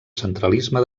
centralisme